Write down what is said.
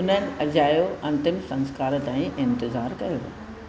उन्हनि अजायो अंतिम संस्कार तांई इंतिज़ारु कयो